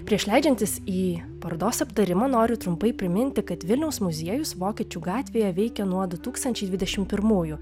prieš leidžiantis į parodos aptarimą noriu trumpai priminti kad vilniaus muziejus vokiečių gatvėje veikia nuo du tūkstančiai dvidešimt pirmųjų